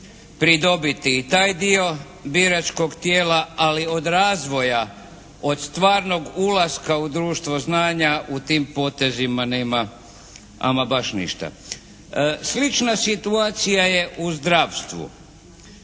pridobiti i taj dio biračkog tijela ali od razvoja, od stvarnog ulaska u društvo znanja u tim potezima nema ama baš ništa. Slična situacija je u zdravstvu.